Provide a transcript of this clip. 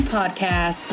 podcast